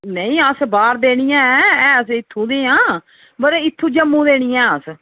नेईं अस बाह्र दे नी ऐ ऐ अस इत्थूं दे आं पर इत्थूं जम्मू दे नी आं अस